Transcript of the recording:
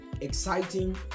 exciting